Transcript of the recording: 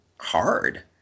hard